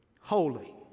holy